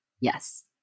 Yes